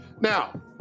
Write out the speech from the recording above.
now